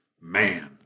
man